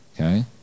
okay